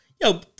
Yo